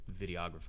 videographer